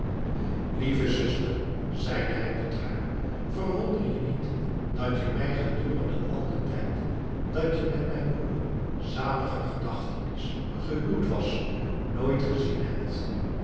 lieve zuster zeide hij tot haar verwonder je niet dat je mij gedurende al den tijd dat je met mijn broeder zaliger gedachtenis gehuwd was nooit gezien hebt